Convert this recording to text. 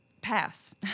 pass